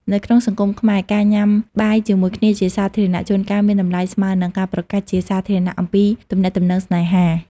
នៅក្នុងសង្គមខ្មែរ ការញ៉ាំបាយជាមួយគ្នាជាសាធារណៈ ជួនកាលមានតម្លៃស្មើនឹងការប្រកាសជាសាធារណៈអំពីទំនាក់ទំនងស្នេហា។